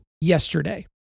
yesterday